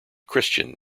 christian